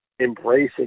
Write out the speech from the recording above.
Embracing